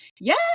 Yes